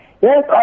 Yes